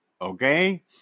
okay